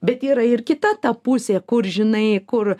bet yra ir kita ta pusė kur žinai kur